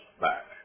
back